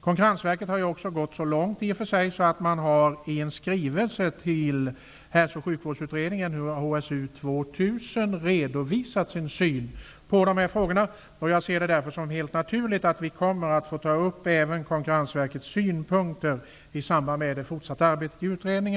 Konkurrensverket har gått så långt att det i en skrivelse till hälso och sjukvårdsutredningen, HSU 2000, har redovisat sin syn på de här frågorna. Jag ser det därför som helt naturligt att vi kommer att få ta upp även Konkurrensverkets synpunkter i samband med det fortsatta arbetet i utredningen.